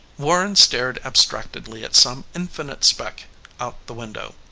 warren stared abstractedly at some infinite speck out the window.